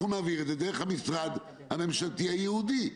אנחנו נעביר את זה דרך המשרד הממשלתי הייעודי.